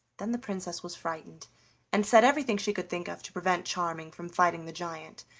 then the princess was frightened and said everything she could think of to prevent charming from fighting the giant,